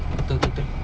tul tul tul